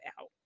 out